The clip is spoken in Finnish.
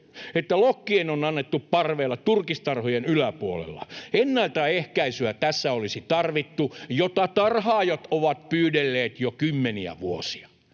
että lokkien on annettu parveilla turkistarhojen yläpuolella. Tässä olisi tarvittu ennaltaehkäisyä, jota tarhaajat ovat pyydelleet jo kymmeniä vuosia.